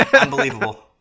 unbelievable